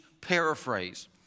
paraphrase